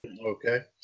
Okay